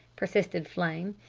persisted flame,